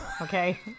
Okay